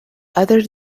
other